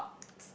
may not